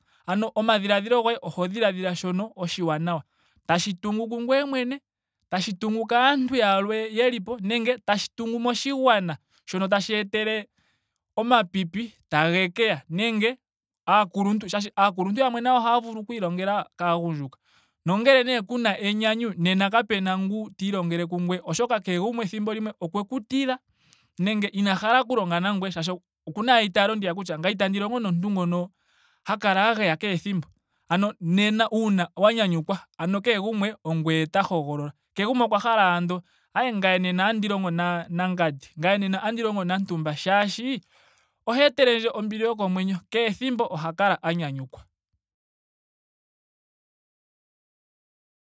Ano omadhialdhilo goye oho dhiladhila shono oshiwanawa. tashi tungu kungweye mwene. tashi tungu kaantu yalwe yelipo nenge tashi tungu moshigwana shono tashi etele omapipi tage keya nenge aakuluntu shaashi aakuluntu yamwe nahyo oha ya vulu oku ilongela kaagundjuka. Nongele nee kuna enyanyu nena kapuna ngu ta ilongele kungweye. oshoka kege gumwe ethimbo limwe okweku tila. nenge ina hala oku longa nangweye shaashi okuna ashike eitaalo ndiya kutya ngame itandi longo nomuntu ngono ha kala a geya kehe ethimbo. ano nena uuna wa nyanyukwa kehe gumwe ongweye ta hogolola. Kehe gumwe okwa hala andola aye ngame nena otandi longo na- na ngandi. ngame nena otandi longo na ngtumba shaashi oha etelendje ombili yokomwenyo. Kehe ethimbo oha kala a nyanyukwa